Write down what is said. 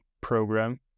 program